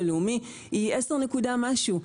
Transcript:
בלאומי היא 10 נקודה משהו,